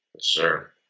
Sure